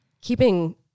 keeping